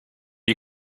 you